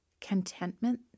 contentment